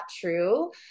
true